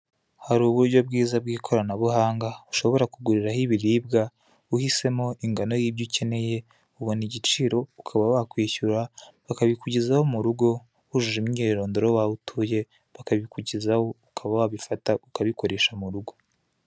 Hari uburyo bwiza bw'ikoranabuhanga ushobora kuguriraho ibiribwa uhisemo ingano yibyo ucyeneye ubona igiciro ukaba wakwishyu bakabikujyeho mu rugo wujujemo imyirondo yaho utuye bakabikujyezaho ukaba wabifata ukabikoresha mu rugo.